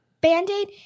band-aid